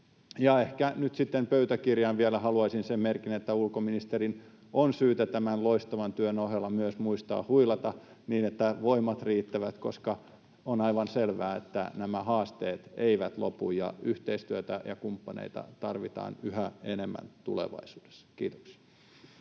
ehkä nyt sitten pöytäkirjaan vielä haluaisin sen merkin, että ulkoministerin on syytä tämän loistavan työn ohella myös muistaa huilata, niin että voimat riittävät, koska on aivan selvää, että nämä haasteet eivät lopu ja yhteistyötä ja kumppaneita tarvitaan yhä enemmän tulevaisuudessa. — Kiitoksia.